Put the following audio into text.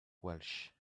welch